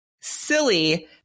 silly